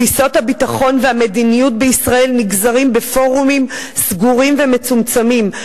תפיסות הביטחון והמדיניות בישראל נגזרות בפורומים סגורים ומצומצמים.